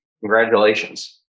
Congratulations